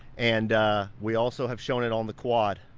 and we also have shown it on the quad.